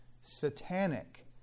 satanic